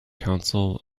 council